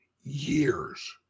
years